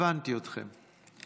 הבנתי אתכם.